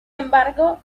embargo